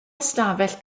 ystafell